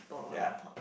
ya